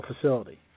facility